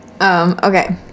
Okay